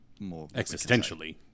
Existentially